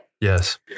Yes